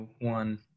One